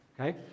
Okay